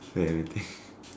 where